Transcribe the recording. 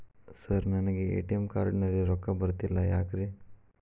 Sir ನನಗೆ ATM card ನಲ್ಲಿ ರೊಕ್ಕ ಬರತಿಲ್ಲ ಯಾಕ್ರೇ?